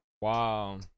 Wow